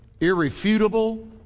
irrefutable